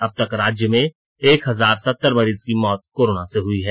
अब तक राज्य में एक हजार सतर मरीज की मौत कोरोना से हुई हैं